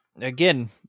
again